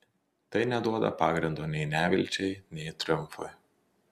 tai neduoda pagrindo nei nevilčiai nei triumfui